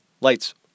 Lights